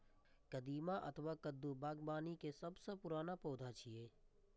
कदीमा अथवा कद्दू बागबानी के सबसं पुरान पौधा छियै